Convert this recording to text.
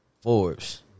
Forbes